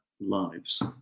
lives